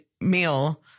meal